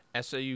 SAU